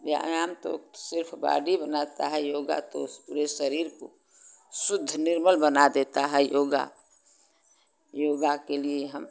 व्यायाम तो सिर्फ बाडी बनाता है योग तो पूरे शरीर को शुद्ध निर्मल बना देता है योग योग के लिए हम